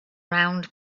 round